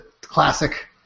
classic